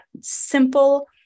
simple